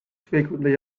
frequently